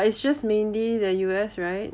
but it's just mainly the U_S right